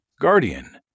Guardian